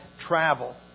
travel